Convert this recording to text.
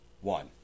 one